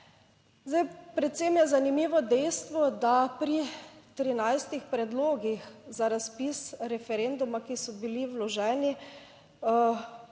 Zdaj, predvsem je zanimivo dejstvo, da pri 13 predlogih za razpis referenduma, ki so bili vloženi